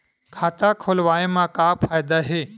खाता खोलवाए मा का फायदा हे